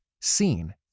seen